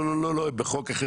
הם בחוק אחר.